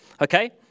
Okay